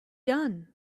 done